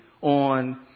on